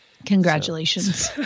Congratulations